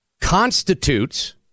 constitutes